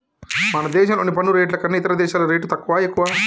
మన దేశంలోని పన్ను రేట్లు కన్నా ఇతర దేశాల్లో రేట్లు తక్కువా, ఎక్కువా